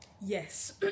Yes